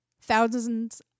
thousands